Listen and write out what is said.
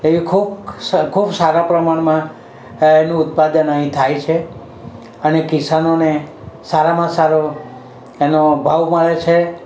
એ ખૂબ ખૂબ સારા પ્રમાણમાં એનું ઉત્પાદન અહીં થાય છે અને કિસાનોને સારામાં સારો એનો ભાવ મળે છે